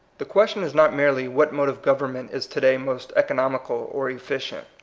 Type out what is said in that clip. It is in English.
the question is not merely what mode of government is to-day most economical or efficient.